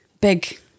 big